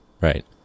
Right